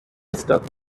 stuck